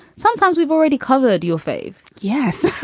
sometimes we've already covered your face. yes.